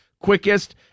quickest